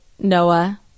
Noah